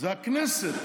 זו הכנסת,